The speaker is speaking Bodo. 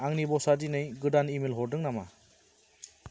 आंनि बसा दिनै गोदान इमेल हरदों नामा